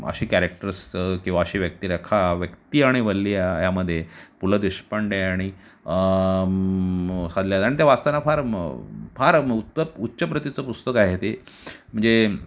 अशी कॅरॅक्टर्स किंवा अशी व्यक्तिरेखा व्यक्ती आणि वल्ली या यामध्ये पुलं देशपांडे यांनी आणि त्या वाचताना फार फार उच्च प्रतीचं पुस्तक आहे ते म्हणजे